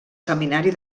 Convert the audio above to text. seminari